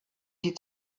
sie